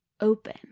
open